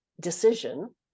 decision